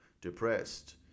depressed